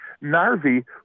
Narvi